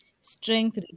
Strength